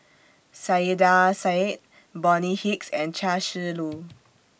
Saiedah Said Bonny Hicks and Chia Shi Lu